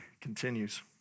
continues